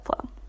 flow